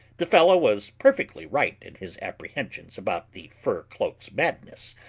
the fellow was perfectly right in his apprehensions about the fur cloak's madness.